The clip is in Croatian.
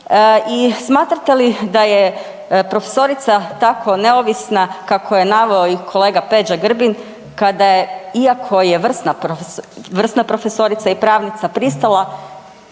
i smatrate li da je profesorica tako neovisna, kako je naveo i kolega Peđa Grbin, kada je, iako je vrsna profesorica i pravnica pristala